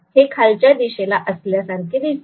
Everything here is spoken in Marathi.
त्यामुळेच हे खालच्या दिशेला असल्यासारखे दिसते